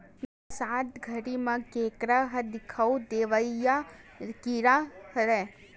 बरसात घरी म केंकरा ह दिखउल देवइया कीरा हरय